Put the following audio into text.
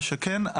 מה שכן,